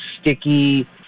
sticky